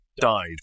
died